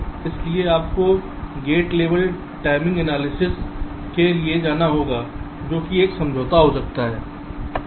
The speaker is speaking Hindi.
इसलिए आपको गेट लेवल टाइमिंग एनालिसिस के लिए जाना होगा जो कि समझौता है